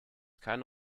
keine